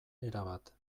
erabat